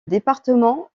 département